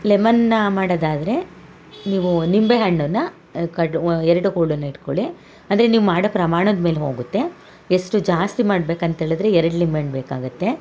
ಲೆಮನ್ನ ಮಾಡೊದಾದರೆ ನೀವು ನಿಂಬೆಹಣ್ಣನ್ನ ಕಡ್ ಓ ಎರಡು ಹೋಳನ್ನು ಇಟ್ಕೊಳಿ ಅಂದರೆ ನೀವು ಮಾಡ ಪ್ರಮಾಣದ ಮೇಲೆ ಹೋಗುತ್ತೆ ಎಷ್ಟು ಜಾಸ್ತಿ ಮಾಡ್ಬೇಕು ಅಂತ್ಹೇಳಿದರೆ ಎರಡು ಲಿಂಬೆ ಹಣ್ಣು ಬೇಕಾಗುತ್ತೆ